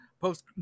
post